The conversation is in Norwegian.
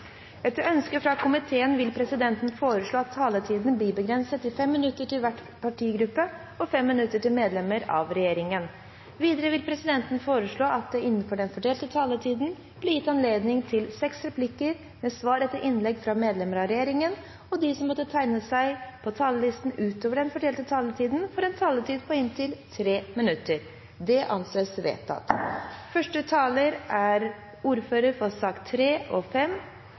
Etter ønske fra finanskomiteen vil presidenten foreslå at taletiden blir begrenset til 5 minutter til hver partigruppe og 5 minutter til medlemmer av regjeringen. Videre vil presidenten foreslå at det blir gitt anledning til seks replikker med svar etter innlegg fra medlemmer av regjeringen innenfor den fordelte taletid, og at de som måtte tegne seg på talerlisten utover den fordelte taletid, får en taletid på inntil 3 minutter. – Det anses vedtatt. Representantforslaget fra stortingsrepresentantene Marianne Marthinsen og